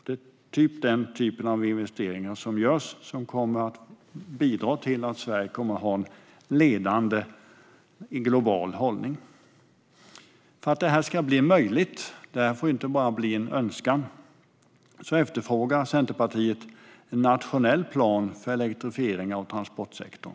Det är den typen av investeringar som kommer att bidra till Sveriges ledande global hållning. För att det här ska bli möjligt - det får ju inte bara bli en önskan - efterfrågar Centerpartiet en nationell plan för elektrifiering av transportsektorn.